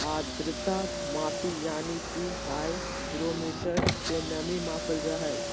आद्रता मापी यानी कि हाइग्रोमीटर से नमी मापल जा हय